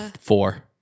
Four